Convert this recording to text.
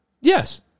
yes